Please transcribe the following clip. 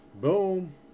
boom